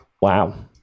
Wow